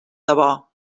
debò